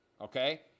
okay